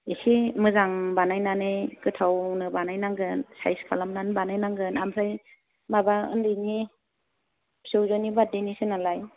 एसे मोजां बानायनानै गोथावनो बानायनांगोन साइस खालामनानै बानायनांगोन ओमफ्राय माबा उन्दैनि फिसौजोनि बारेडेनिसो नालाय